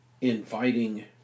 inviting